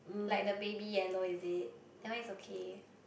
like the baby yellow is it that one is okay